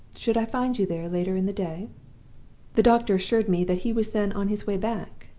should i find you there later in the day the doctor assured me that he was then on his way back,